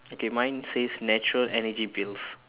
okay mine says natural energy pills